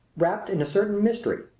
wrapped in a certain mystery.